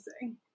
Amazing